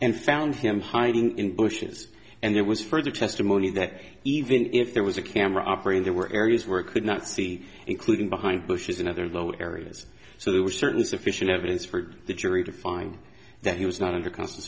and found him hiding in bushes and it was further testimony that even if there was a camera operator were areas where it could not see including behind bushes another low areas so there were certain sufficient evidence for the jury to find that he was not under con